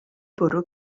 bwrw